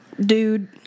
dude